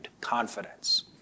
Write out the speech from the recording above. Confidence